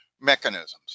mechanisms